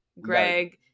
Greg